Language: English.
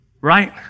Right